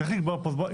צריך לקבוע פה זמן.